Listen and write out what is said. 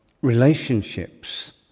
relationships